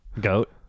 Goat